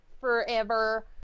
forever